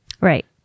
Right